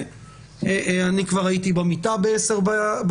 אני כבר הייתי במיטה בשעה הזו.